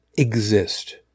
exist